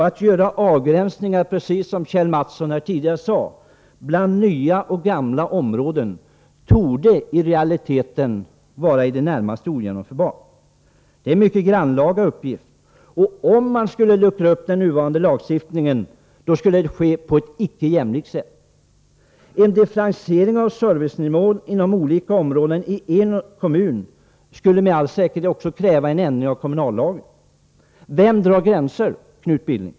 Att göra avgränsningar bland nya och gamla områden torde i realiteten vara i det närmaste ogenomförbart, precis som Kjell Mattsson tidigare här sade. Det är en mycket grannlaga uppgift. Om man skulle luckra upp nuvarande lagstiftning, skulle det ske på ett icke jämlikt sätt. En differentiering av servicenivån inom olika områden i en kommun skulle med all säkerhet också kräva en ändring av nuvarande kommunallag. Vem drar gränser, Knut Billing?